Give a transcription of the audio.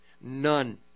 None